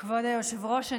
כבוד היושב-ראש,